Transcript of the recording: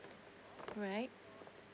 right